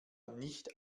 nicht